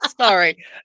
Sorry